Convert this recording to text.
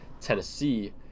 Tennessee